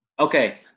okay